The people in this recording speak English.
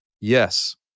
yes